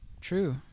True